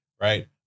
right